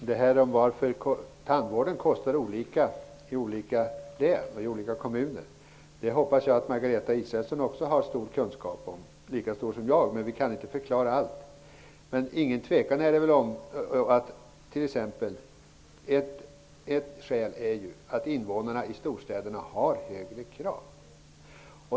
Herr talman! Jag hoppas att Margareta Israelsson har lika stor kunskap som jag om varför tandvården kostar olika mycket i olika län och kommuner -- även om vi inte kan förklara allt. Det råder väl t.ex. ingen tvekan om att ett skäl till detta är att invånarna i storstäderna ställer högre krav.